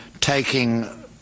taking